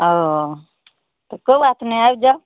ओ तऽ कोइ बात नहि आबि जाउ